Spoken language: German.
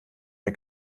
der